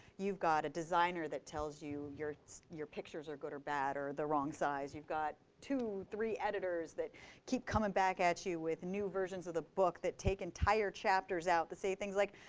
you've got a designer that tells you your your pictures are good or bad or the wrong size. you've got two, three editors that keep coming back at you with new versions of the book that take entire chapters out to say things like,